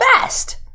best